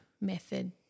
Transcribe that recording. method